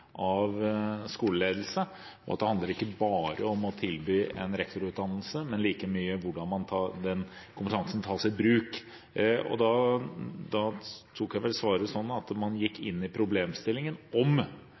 av skoleledelse. Det handler ikke bare om å tilby en rektorutdannelse, men like mye om hvordan den kompetansen tas i bruk. Jeg tolker svaret sånn at man gikk inn i problemstillingen om